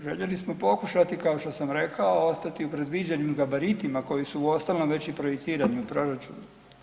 Željeli smo pokušati kao što sam rekao ostati u predviđanju gabaritima koji su uostalom već i projicirani u proračunu.